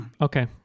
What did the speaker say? Okay